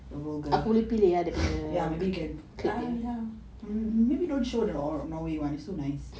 vulgar ya maybe can um ya maybe don't show the norway one it's so nice